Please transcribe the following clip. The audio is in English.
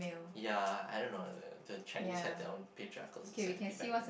ya I don't know the Chinese have their own patriarchal society back then